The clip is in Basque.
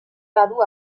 badu